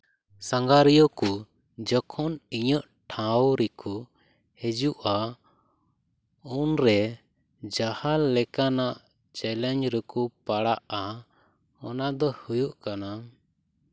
ᱥᱟᱸᱜᱷᱟᱨᱤᱭᱟᱹ ᱠᱚ ᱡᱚᱠᱷᱚᱱ ᱤᱧᱟᱹᱜ ᱴᱷᱟᱶ ᱨᱮᱠᱚ ᱦᱤᱡᱩᱜᱼᱟ ᱩᱱᱨᱮ ᱡᱟᱦᱟᱸ ᱞᱮᱠᱟᱱᱟᱜ ᱪᱮᱞᱮᱧᱡᱽ ᱨᱮᱠᱚ ᱯᱟᱲᱟᱜᱼᱟ ᱚᱱᱟ ᱫᱚ ᱦᱩᱭᱩᱜ ᱠᱟᱱᱟ